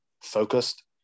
focused